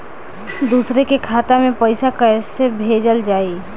दूसरे के खाता में पइसा केइसे भेजल जाइ?